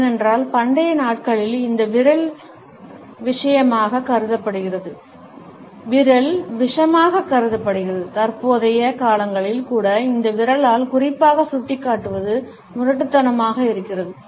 ஏனென்றால் பண்டைய நாட்களில் இந்த விரல் விரல் விஷமாகக் கருதப்பட்டது தற்போதைய காலங்களில் கூட இந்த விரலால் குறிப்பாக சுட்டிக்காட்டுவது முரட்டுத்தனமாக இருக்கிறது